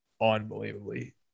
unbelievably